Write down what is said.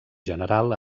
general